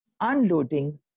unloading